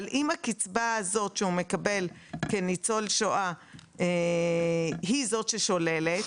אבל אם הקצבה שהוא מקבל כניצול שואה היא זאת ששוללת,